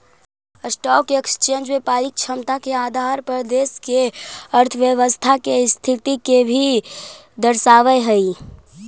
stock exchange व्यापारिक क्षमता के आधार पर देश के अर्थव्यवस्था के स्थिति के भी दर्शावऽ हई